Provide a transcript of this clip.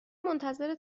منتظر